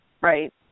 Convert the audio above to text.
right